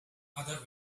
other